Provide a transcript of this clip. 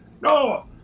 No